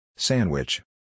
Sandwich